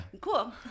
Cool